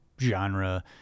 genre